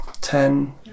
Ten